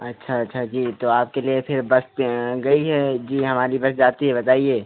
अच्छा अच्छा जी तो आपके लिए फिर बस पर गई है जी हमारी बस जाती है बताइए